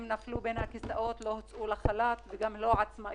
הן נפלו בין הכיסאות - הן גם לא יצאו לחל"ת וגם הן לא עצמאיות.